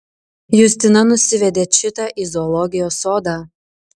justina nusivedė čitą į zoologijos sodą